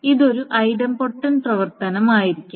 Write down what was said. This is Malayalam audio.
ഇതൊരു ഐടെംപൊട്ടൻറ് പ്രവർത്തനമായിരിക്കണം